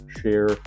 share